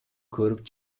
көрүп